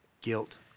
Guilt